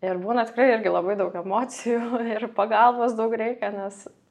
ir būna tikrai irgi labai daug emocijų ir pagalbos daug reikia nes